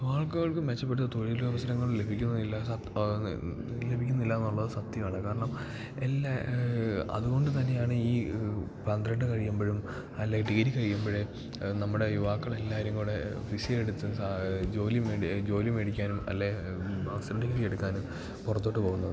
യുവാക്കൾക്ക് മെച്ചപ്പെട്ട തൊഴിലവസരങ്ങൾ ലഭിക്കുന്നില്ല ആന്ന് ലഭിക്കുന്നില്ല എന്നുള്ളത് സത്യമാണ് കാരണം എല്ലാ അത്കൊണ്ട് തന്നെയാണ് ഈ പന്ത്രണ്ട് കഴിയുമ്പഴും അല്ലേൽ ഡിഗ്രി കഴിയുമ്പഴ് നമ്മുടെ യുവാക്കളെല്ലാരും കൂടെ വിസ എടുത്ത് ജോലി മേടി ജോലി മേടിക്കാനും അല്ലേൽ മാസ്റ്റർ ഡിഗ്രി എടുക്കാനും പുറത്തോട്ട് പോകുന്നത്